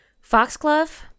Foxglove